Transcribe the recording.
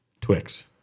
Twix